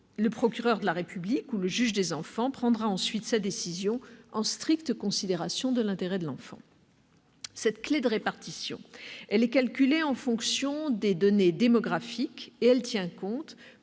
Le procureur de la République ou le juge des enfants prendra ensuite sa décision en stricte considération de l'intérêt de l'enfant. Cette clé de répartition est calculée en fonction des données démographiques et tient compte